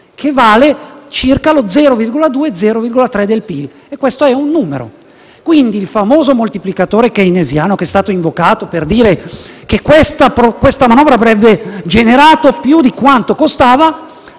che vale circa lo 0,2-0,3 per cento del PIL, e questo è un numero. Quindi, il famoso moltiplicatore keynesiano, che è stato invocato per dire che questa manovra avrebbe generato più di quanto costava,